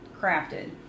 crafted